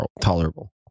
tolerable